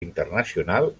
internacional